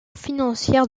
financière